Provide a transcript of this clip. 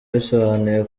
bisobanuye